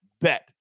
bet